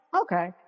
okay